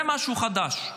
זה משהו חדש.